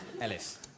Ellis